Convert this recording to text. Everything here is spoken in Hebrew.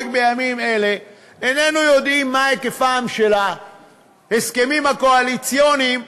בימים אלה איננו יודעים מה היקפם של ההסכמים הקואליציוניים,